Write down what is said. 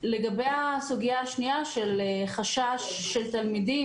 לגבי הסוגיה השנייה לגבי חשש של תלמידים